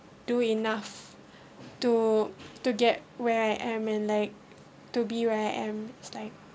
do enough to to get where I am and like to be where I am is like